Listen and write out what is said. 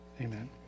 Amen